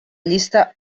llista